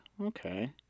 okay